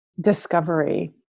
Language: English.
discovery